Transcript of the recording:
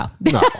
No